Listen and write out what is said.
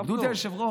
תכבדו את היושב-ראש.